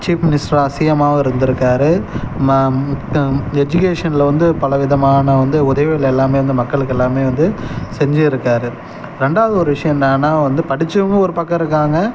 chief மினிஸ்டராக சிஎம்மாகவும் இருந்திருக்காரு மா எஜிகேஷன்ல வந்து பலவிதமான வந்து உதவிகள் எல்லாமே வந்து மக்களுக்கு எல்லாமே வந்து செஞ்சிருக்கார் ரெண்டாவது ஒரு விஷயம் என்னான்னா வந்து படித்தவங்க ஒரு பக்கம் இருக்காங்க